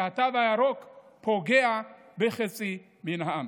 שהתו הירוק פוגע בחצי מהעם.